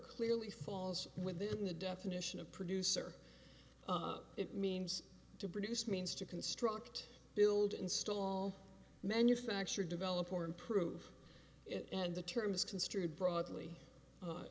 clearly falls within the definition of producer it means to produce means to construct build install manufacture develop or improve it and the term is construed broadly